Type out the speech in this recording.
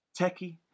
techie